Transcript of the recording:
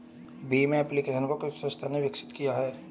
Bhim application को किस संस्था ने विकसित किया है?